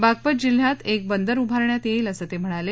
बाघपत जिल्ह्यात एक बंदर उभारण्यात येईल असं ते म्हणाले